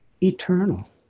eternal